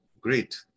great